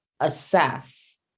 assess